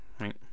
right